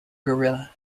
guerrilla